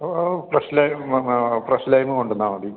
ഓ ഓ fresh lime വേണം fresh lime കൊണ്ടന്നാൽ മതി